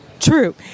true